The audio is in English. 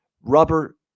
Rubber